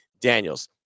Daniels